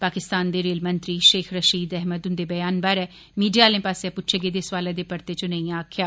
पाकिस्तान दे रेल मंत्री शेख रशीद अहमद हुन्दे ब्यान बारै मीडिया आलें पास्सेआ पुच्छे गेदे सवालै दे परते च उनें इंया आक्खेआ